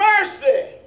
mercy